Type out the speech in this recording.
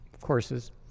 courses